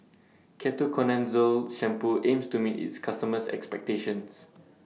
Ketoconazole Shampoo aims to meet its customers' expectations